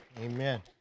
Amen